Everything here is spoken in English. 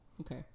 Okay